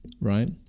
Right